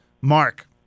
Mark